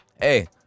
hey